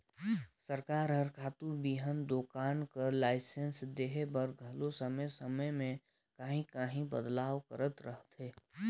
सरकार हर खातू बीहन दोकान कर लाइसेंस लेहे बर घलो समे समे में काहीं काहीं बदलाव करत रहथे